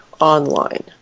online